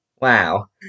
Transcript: Wow